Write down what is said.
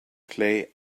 play